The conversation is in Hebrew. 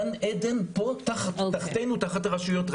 גן עדן פה תחתינו, תחת הרשויות.